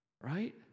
Right